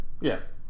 Yes